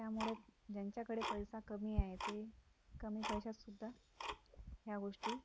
त्यामुळे ज्यांच्याकडे पैसा कमी आहे ते कमी पैशातसुद्धा या गोष्टी